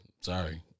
Sorry